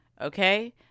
Okay